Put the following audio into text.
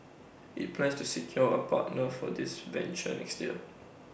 IT plans to secure A partner for this venture next year